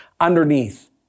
underneath